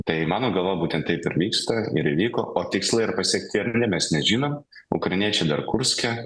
tai mano galva būtent taip ir vyksta ir įvyko o tikslai ar pasiekti ar ne mes nežinom ukrainiečiai dar kurske